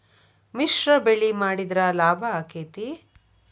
ಮಿಶ್ರ ಬೆಳಿ ಮಾಡಿದ್ರ ಲಾಭ ಆಕ್ಕೆತಿ?